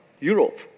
Europe